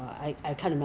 Jollibee